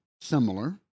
similar